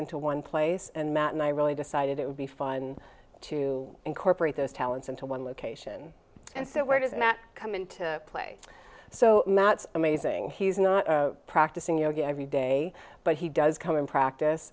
into one place and matt and i really decided it would be fun to incorporate those talents into one location and so where does that come into play so matt it's amazing he's not practicing yoga every day but he does come in practice